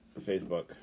Facebook